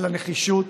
על הנחישות,